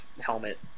helmet